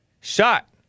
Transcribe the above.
Shot